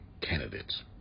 candidates